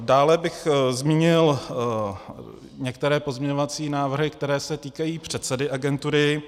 Dále bych zmínil některé pozměňovací návrhy, které se týkají předsedy agentury.